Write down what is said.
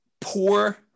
Poor